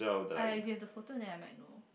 I you have the photo then I might know